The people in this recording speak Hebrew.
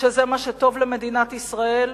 שזה מה שטוב למדינת ישראל,